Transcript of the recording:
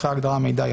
אחרי ההגדרה "מידע",